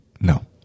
No